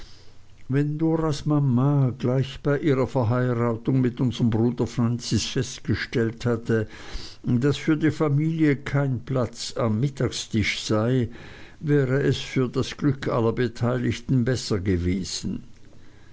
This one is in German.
wenn doras mama gleich bei ihrer verheiratung mit unserm bruder francis festgestellt hätte daß für die familie kein platz am mittagtisch sei wäre es für das glück aller beteiligten besser gewesen